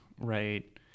right